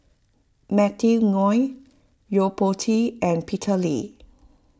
Matthew Ngui Yo Po Tee and Peter Lee